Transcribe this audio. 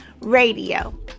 Radio